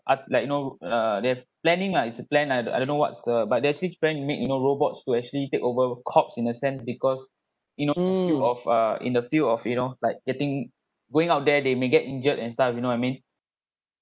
ar~ like you know uh they planning lah it's a plan I do I don't know what's uh but they actually trying to make you know robot to actually take over cops in a sense because you know of uh in the field of you know like getting going out there they may get injured and stuff you know I mean